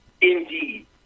Indeed